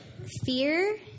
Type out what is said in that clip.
Fear